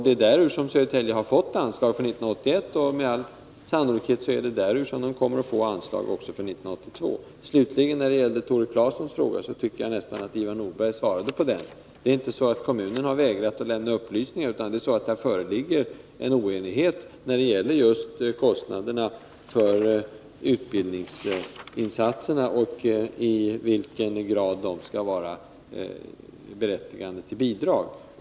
Det är därur som Södertälje har fått anslag 1981, och med all sannolikhet är det också därur som man kommer att få anslag år 1982. Tore Claesons fråga tyckte jag slutligen blev i stor utsträckning besvarad av Ivar Nordberg. Det är inte så att kommunen vägrat att lämna uppgifter, utan det föreligger i stället en oenighet om kostnaderna för utbildningsinsatserna och om i vilken grad de skall vara berättigande till bidrag.